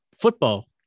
football